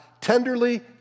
tenderly